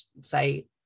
say